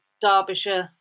Derbyshire